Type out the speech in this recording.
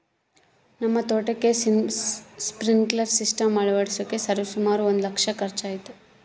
ನಮ್ಮ ತೋಟಕ್ಕೆ sprinkler system ಅಳವಡಿಸಕ ಸರಿಸುಮಾರು ಒಂದು ಲಕ್ಷ ಖರ್ಚಾಯಿತು